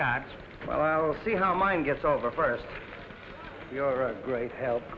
i'll see how mine gets over first you're a great help